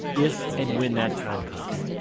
if and when that time comes,